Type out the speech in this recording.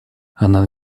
она